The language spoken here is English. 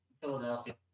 Philadelphia